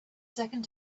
second